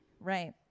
Right